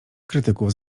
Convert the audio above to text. krytyków